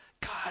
God